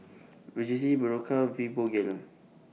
Vagisil Berocca Fibogel